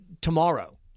tomorrow